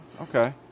okay